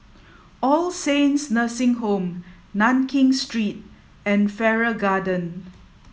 all Saints Nursing Home Nankin Street and Farrer Garden